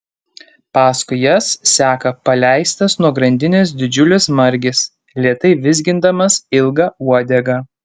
paskui jas seka paleistas nuo grandinės didžiulis margis lėtai vizgindamas ilgą uodegą